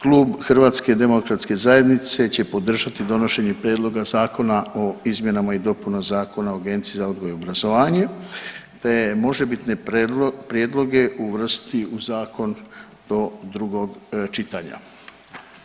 Klub HDZ-a će podržati donošenje prijedloga Zakona o izmjenama i dopunama Zakona o Agenciji za odgoj i obrazovanje, te možebitne prijedloge uvrsti u zakon do drugog čitanja.